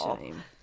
shame